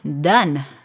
Done